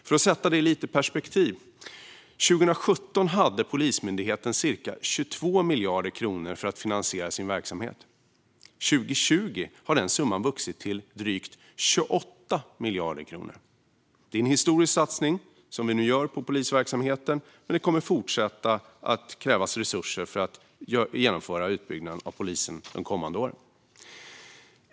För att sätta detta lite i perspektiv hade Polismyndigheten 2017 ca 22 miljarder kronor för att finansiera sin verksamhet. Den summan har 2020 vuxit till drygt 28 miljarder kronor. Vi gör nu en historisk satsning på polisverksamheten, men det kommer att fortsätta att krävas resurser för att genomföra utbyggnaden av polisen de kommande åren.